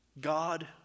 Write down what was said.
God